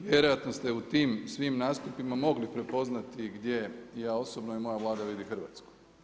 Vjerojatno ste u tim svim nastupima mogli prepoznati gdje ja osobno i moja Vlada vidi Hrvatsku.